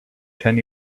ten